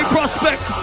Prospect